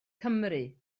cymry